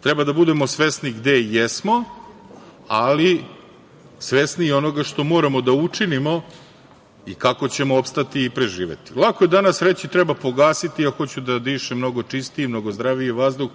treba da budemo svesni gde jesmo, ali svesni i onoga što moramo da učinimo i kako ćemo opstati i preživeti. Lako je danas reći – treba pogasiti, ja hoću da dišem mnogo čistiji i mnogo zdraviji vazduh.